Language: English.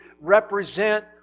represent